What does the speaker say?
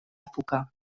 època